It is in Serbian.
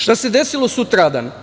Šta se desilo sutradan?